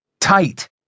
Tight